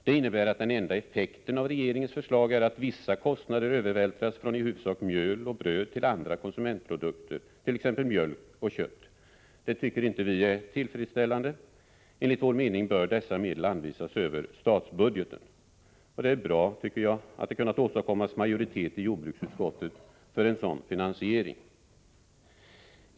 Det innebär att den enda effekten av regeringens förslag är att vissa kostnader övervältras från i huvudsak mjöl och bröd till andra konsumentprodukter, t.ex. mjölk och kött. Det tycker vi inte är tillfredsställande. Enligt vår mening bör dessa medel anvisas över statsbudgeten. Det är bra, tycker jag, att det har kunnat åstadkommas en majoritet i jordbruksutskottet för en sådan finansiering.